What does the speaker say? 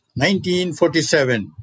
1947